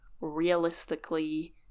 realistically